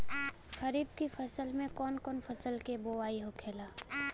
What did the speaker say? खरीफ की फसल में कौन कौन फसल के बोवाई होखेला?